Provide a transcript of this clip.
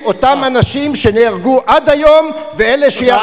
אותם אנשים שנהרגו עד היום ואלה שייהרגו עד סוף השנה.